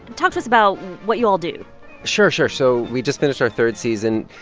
talk to us about what you all do sure, sure. so we just finished our third season.